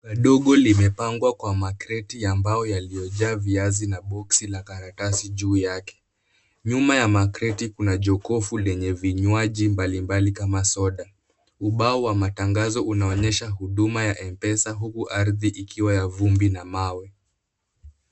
Duka dogo limepangwa kwa makreti ya mbao yaliyojaa viazi na boksi la karatasi juu yake. Nyuma ya makreti kuna jokofu lenye vinywaji mbalimbali kama soda. Ubao wa matangazo unaonyesha huduma ya M-Pesa huku ardhi ikiwa ya vumbi na mawe.